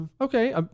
okay